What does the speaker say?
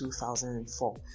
2004